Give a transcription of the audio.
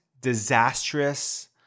disastrous